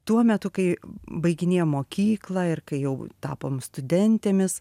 tuo metu kai baiginėjom mokyklą ir kai jau tapom studentėmis